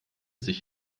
sich